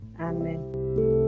Amen